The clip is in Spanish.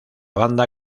banda